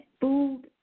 food